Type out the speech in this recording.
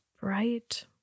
bright